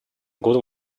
годом